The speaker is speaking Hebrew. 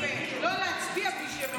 יפה, לא להצביע בלי שהם אמרו.